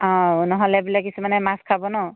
অঁ নহ'লে বোলে কিছুমানে মাছ খাব নহ্